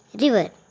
river